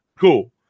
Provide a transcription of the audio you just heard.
Cool